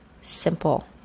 simple